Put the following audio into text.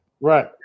right